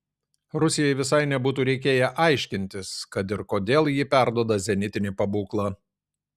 rusijai visai nebūtų reikėję aiškintis kad ir kodėl ji perduoda zenitinį pabūklą